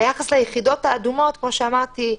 כמו שאמרתי,